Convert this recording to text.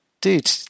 dude